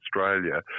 Australia